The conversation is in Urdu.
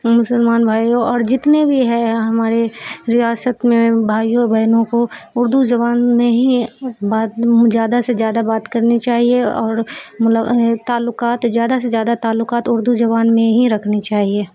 مسلمان بھائیو اور جتنے بھی ہے ہمارے ریاست میں بھائیو اور بہنوں کو اردو زبان میں ہی بات زیادہ سے زیادہ بات کرنی چاہیے اور تعلقات زیادہ سے زیادہ تعلقات اردو زبان میں ہی رکھنی چاہیے